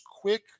quick